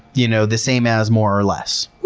you know the same as more or less. woo!